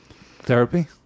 Therapy